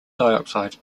dioxide